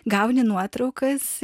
gauni nuotraukas